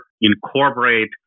incorporate